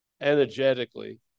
energetically